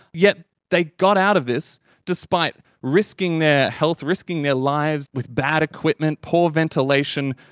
yet they got out of this despite risking their health, risking their lives with bad equipment, poor ventilation,